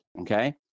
okay